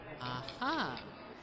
Aha